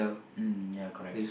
mm ya correct